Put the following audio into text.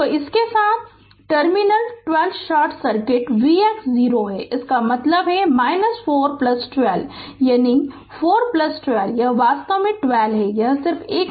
तो इसके साथ यदि टर्मिनल 1 2 शॉर्ट सर्किट Vx 0 है इसका मतलब है 4 12 यानी 412 यह वास्तव में 12 है यह सिर्फ 1 मिनट है यह है Vx 0 है